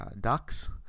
ducks